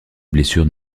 blessure